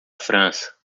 frança